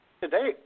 Today